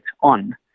on